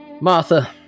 Martha